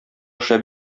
шәп